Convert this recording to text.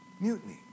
Mutiny